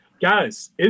guys